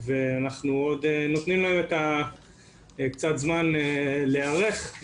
אנחנו עוד נותנים להם קצת זמן להיערך.